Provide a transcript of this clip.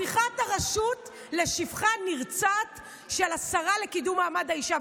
הפיכת הרשות לשפחה נרצעת של השרה לקידום מעמד האישה.